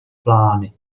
plány